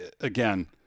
again